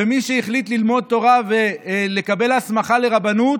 ומי שהחליט ללמוד תורה ולקבל הסמכה לרבנות,